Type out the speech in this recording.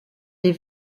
les